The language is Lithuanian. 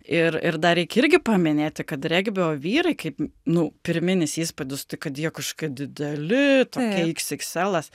ir ir dar reikia irgi paminėti kad regbio vyrai kaip nu pirminis įspūdis tai kad jie kažkokie dideli tokie iks iks elas